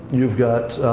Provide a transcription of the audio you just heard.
you've got,